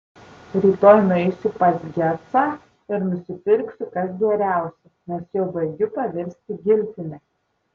rytoj nueisiu pas gecą ir nusipirksiu kas geriausia nes jau baigiu pavirsti giltine